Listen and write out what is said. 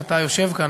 שאתה יושב כאן,